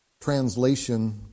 translation